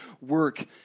work